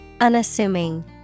Unassuming